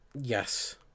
yes